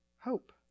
hope